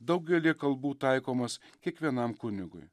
daugelyje kalbų taikomas kiekvienam kunigui